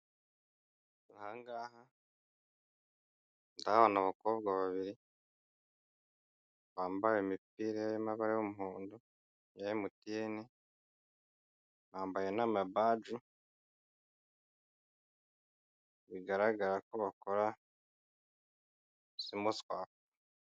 Aha ngaha ndahabona abakobwa babiri bambaye imipira irimo amabara y'umuhondo, ya emutiyene, bambayae n'amabaji, bigaragara ko bakora simuswapu.